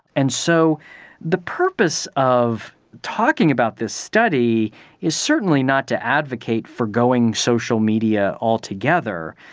and so the purpose of talking about this study is certainly not to advocate forgoing social media altogether.